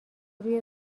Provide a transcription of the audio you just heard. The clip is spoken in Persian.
روی